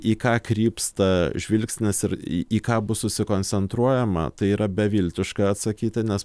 į ką krypsta žvilgsnis ir į ką bus susikoncentruojama tai yra beviltiškai atsakyti nes